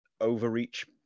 overreach